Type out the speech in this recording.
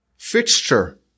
fixture